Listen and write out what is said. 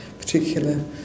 particular